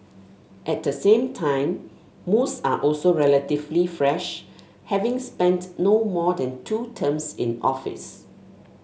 at the same time most are also relatively fresh having spent no more than two terms in office